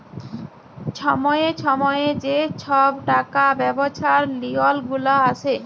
ছময়ে ছময়ে যে ছব টাকা ব্যবছার লিওল গুলা আসে